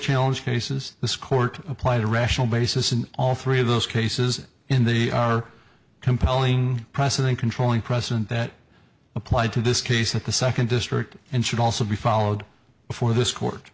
challenge cases this court applied a rational basis in all three of those cases in they are compelling precedent controlling present that apply to this case at the second district and should also be followed before this court